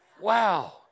Wow